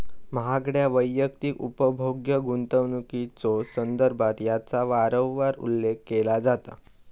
महागड्या वैयक्तिक उपभोग्य गुंतवणुकीच्यो संदर्भात याचा वारंवार उल्लेख केला जाता